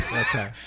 Okay